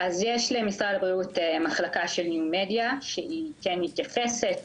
יש למשרד הבריאות מחלקה של ניו מדיה שהיא כן מתייחסת,